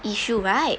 issue right